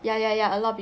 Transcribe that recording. ya ya ya a lot of people